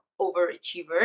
overachiever